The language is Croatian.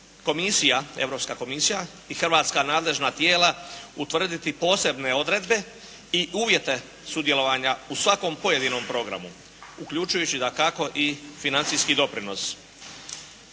komisija, europska komisija i hrvatska nadležna tijela utvrditi posebne odredbe i uvjete sudjelovanja u svakom pojedinom programu, uključujući dakako i financijski doprinos.